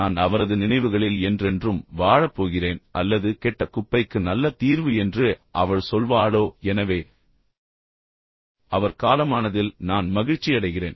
நான் அவரது நினைவுகளில் என்றென்றும் வாழப் போகிறேன் அல்லது கெட்ட குப்பைக்கு நல்ல தீர்வு என்று அவள் சொல்வாளோ எனவே அவர் காலமானதில் நான் மகிழ்ச்சியடைகிறேன்